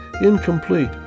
incomplete